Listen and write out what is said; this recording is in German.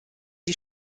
die